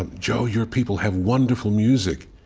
um joe, your people have wonderful music.